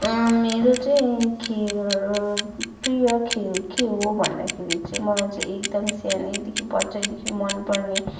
मेरो चाहिँ खेल प्रिय खेल के हो भन्दाखेरि चाहिँ मलाई चाहिँ एकदम सानैदेखि बच्चैदेखि मनपर्ने